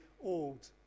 old